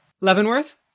leavenworth